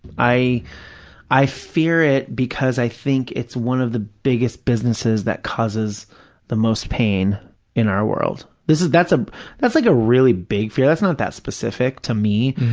i i fear it because i think it's one of the biggest businesses that causes the most pain in our world. that's ah that's like a really big fear. that's not that specific to me,